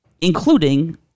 including